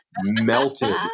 melted